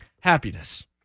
happiness